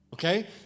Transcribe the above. Okay